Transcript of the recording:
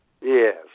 Yes